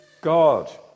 God